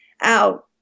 out